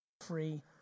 free